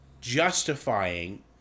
justifying